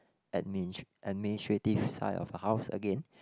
admin administrative side of the house again